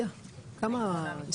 מי נמנע?